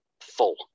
full